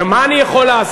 נו, מה אני יכול לעשות.